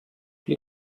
you